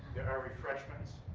there are refreshments.